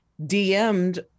DM'd